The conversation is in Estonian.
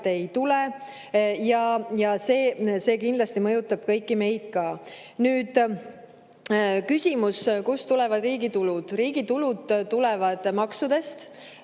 ei tule. See kindlasti mõjutab ka kõiki meid. Küsimus, kust tulevad riigi tulud. Riigi tulud tulevad maksudest,